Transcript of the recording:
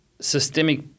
systemic